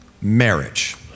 marriage